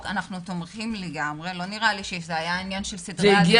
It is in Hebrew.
לא נראה לי שזה היה עניין של סדרי עדיפויות -- זה הגיע